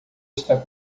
está